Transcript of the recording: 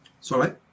Sorry